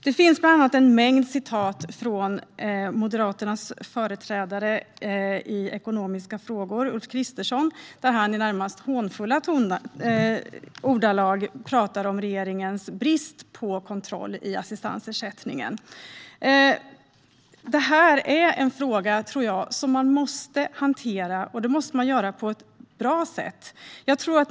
Det finns bland annat en mängd citat av Moderaternas företrädare i ekonomiska frågor, Ulf Kristersson, där han i närmast hånfulla ordalag talar om regeringens brist på kontroll i assistansersättningen. Detta är en fråga som måste hanteras på ett bra sätt.